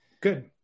Good